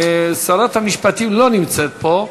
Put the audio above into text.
שרת המשפטים לא נמצאת פה,